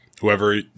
whoever –